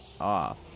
off